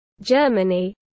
Germany